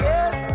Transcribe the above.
Yes